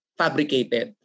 fabricated